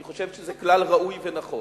היא חושבת שזה כלל ראוי ונכון,